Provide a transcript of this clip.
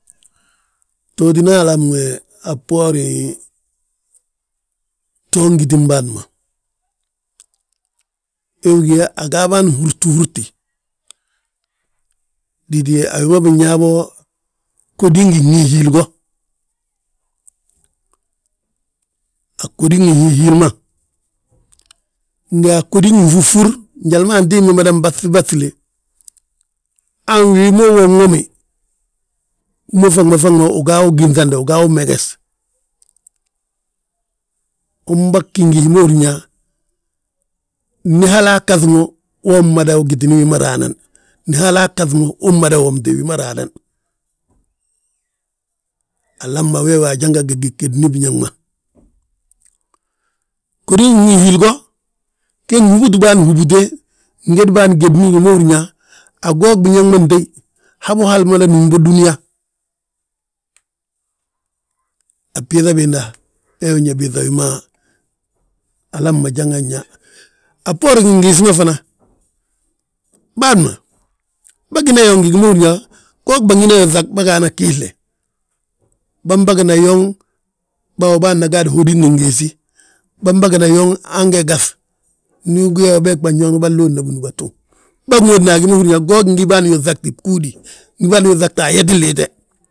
Btootina alam be a bboorin bton gitin bâan ma, we gi yaa a bân húrti húrti; Titi gi ma binyaa bo ghódin ginhihiili go, a ghódin ginhihiili ma. Ngi a ghódin ginfúfur njali ma antimbi mada baŧibaŧile. Han wi ma wen womi, hú ma faŋ ma faŋ ma uga wi ginŧandi ugaa wi meges. Umbagi ngi hí ma húrin yaa, ndi halaa ggaŧi mo wo mada gitini wi ma raa nan. Ndi halaa ggaŧi mo wo mada womti wi ma raa nan. Alam ma wee wi ajanga gegeni biñaŋ ma. Ghódi ginhiili go, gen húbut bâan húbute, ngéd bâan gédni wi ma húrin yaa, a go biñaŋ ma ntéyi. Habo hal mada núm bo dúniyaa, a bbiiŧa biinda wee wi ñe biiŧa wi ma alama jangan yaa. A bboorin gingiisi ge fana, bân ma bâgina yo ngi gi ma húrin yaa, go bângina yo ŧag, bâgaana giisle. Bâmbagina yooŋ, baawo bâana gaadi ghódin gingiisi. Bâmbagina yooŋ han ge gaŧ, ndu ugí yaa ge bânyooŋ bânlóodna bindúbatu. Bâŋóodna a gi ma húrin yaa go ngi bâan yo ŧagdi bgúudi ndi bali ŧagte ayetin liite.